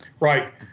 Right